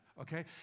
okay